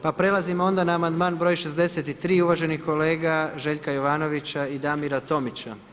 Pa prelazimo onda na amandman broj 63. uvaženi kolega Željka Jovanovića i Damira Tomića.